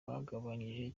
bagabanyije